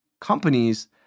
companies